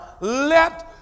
let